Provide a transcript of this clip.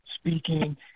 speaking